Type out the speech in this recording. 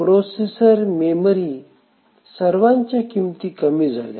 processor memory सर्वांच्या किमती कमी झाल्या